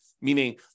meaning